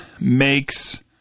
makes